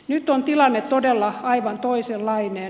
nyt on tilanne todella aivan toisenlainen